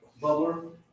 bubbler